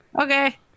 Okay